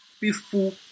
Peaceful